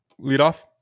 leadoff